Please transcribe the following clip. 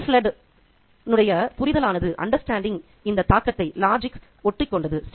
'இன் the ஃப்ளட்'என்னுடைய புரிதலானது இந்த தர்க்கத்தை ஒட்டிக்கொண்டது